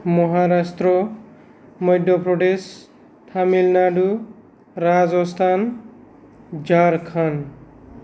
Maharashtra Madhya' Pradesh Tamil Nadu Rajasthan Jharkhand